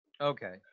okay